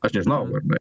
aš nežinau ar ne